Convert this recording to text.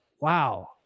Wow